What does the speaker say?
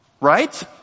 Right